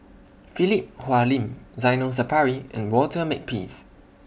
Philip Hoalim Zainal Sapari and Walter Makepeace